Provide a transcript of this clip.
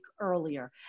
earlier